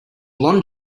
blond